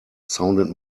sounded